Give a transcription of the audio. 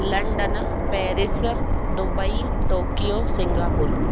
London Paris Dubai Tokyo Singapore